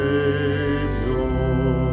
Savior